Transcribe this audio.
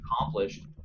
accomplished